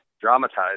dramatized